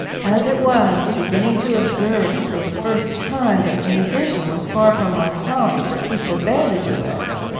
as it was, beginning to observe for the first time that the musician was far from uncomely, he forbade the duets.